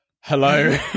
hello